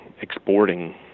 exporting